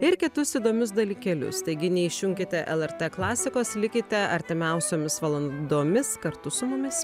ir kitus įdomius dalykėlius taigi neišjunkite lrt klasikos likite artimiausiomis valandomis kartu su mumis